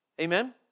Amen